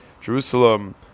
Jerusalem